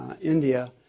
India